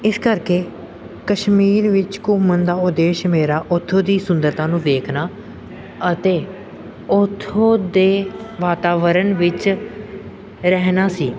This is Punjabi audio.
ਇਸ ਕਰਕੇ ਕਸ਼ਮੀਰ ਵਿੱਚ ਘੁੰਮਣ ਦਾ ਉਦੇਸ਼ ਮੇਰਾ ਉੱਥੋਂ ਦੀ ਸੁੰਦਰਤਾ ਨੂੰ ਦੇਖਣਾ ਅਤੇ ਉੱਥੋਂ ਦੇ ਵਾਤਾਵਰਨ ਵਿੱਚ ਰਹਿਣਾ ਸੀ